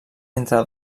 entre